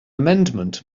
amendment